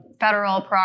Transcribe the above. federal